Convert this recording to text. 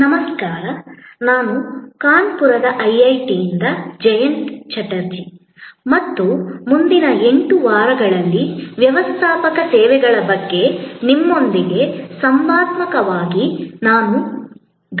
ನಮಸ್ಕಾರ ನಾನು ಕಾನ್ಪುರದ ಐಐಟಿಯಿಂದ ಜಯಂತ ಚಟರ್ಜಿ ಮತ್ತು ಮುಂದಿನ 8 ವಾರಗಳಲ್ಲಿ ವ್ಯವಸ್ಥಾಪಕ ಸೇವೆಗಳ ಬಗ್ಗೆ ನಿಮ್ಮೊಂದಿಗೆ ಸಂವಾದಾತ್ಮಕವಾಗಿ ಗಮನ ಹರಿಸುತ್ತೇನೆ